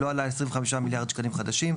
לא עלה על 25 מיליארד שקלים חדשים,